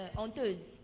honteuse